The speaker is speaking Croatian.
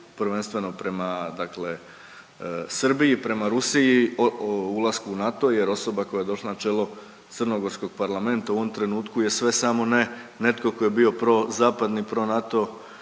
Prvenstveno prema dakle Srbiji, prema Rusiji, ulasku u NATO jer osoba koja je došla na čelo crnogorskog parlamenta u ovom trenutku je sve samo ne netko tko je bio prozapadni, proNATO